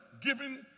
giving